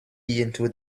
into